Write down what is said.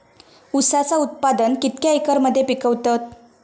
ऊसाचा उत्पादन कितक्या एकर मध्ये पिकवतत?